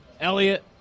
Elliot